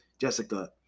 Jessica